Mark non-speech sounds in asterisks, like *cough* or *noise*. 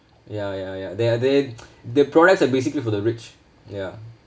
ya ya ya they are they *noise* the products are basically for the rich ya